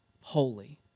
holy